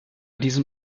diesem